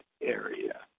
area